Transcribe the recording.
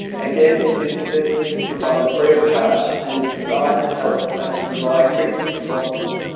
again, this assistance is provided free of charge and is designed to help ah to provide quick responses.